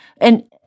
and